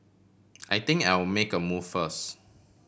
I think I'll make a move first